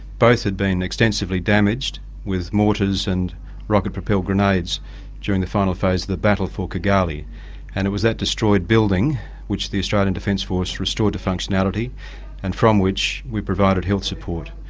both had been extensively damaged with mortars and rocket propelled grenades during the final phase of the battle for kigali and it was that destroyed building which the australian defence force restored to functionality and from which we provided health support.